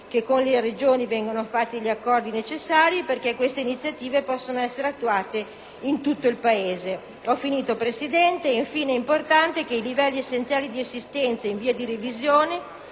che con le Regioni vengano fatti gli accordi necessari perché queste iniziative possano essere attuate in tutto il Paese. Infine, è importante che i livelli essenziali di assistenza in via di revisione